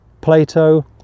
Plato